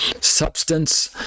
substance